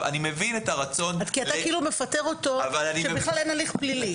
אני מבין את הרצון --- אתה מפטר אותו כשבכלל אין הליך פלילי.